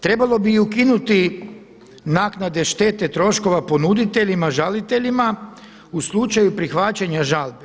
Trebalo bi i ukinuti naknade štete troškova ponuditeljima, žaliteljima u slučaju prihvaćanja žalbi.